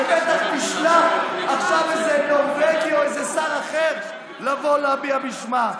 שבטח תשלח עכשיו איזה נורבגי או איזה שר אחר לבוא להצביע בשמה.